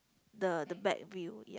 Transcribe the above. the the back view